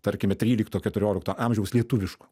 tarkime trylikto keturiolikto amžiaus lietuviško